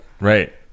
right